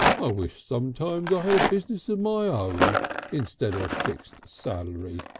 wish sometimes i had a business of my own instead of a fixed salary.